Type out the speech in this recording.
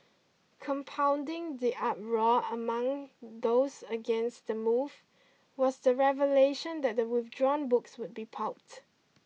compounding the uproar among those against the move was the revelation that the withdrawn books would be pulped